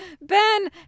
Ben